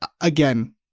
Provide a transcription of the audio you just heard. again